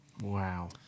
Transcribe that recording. wow